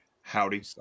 Howdy